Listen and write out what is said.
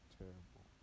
terrible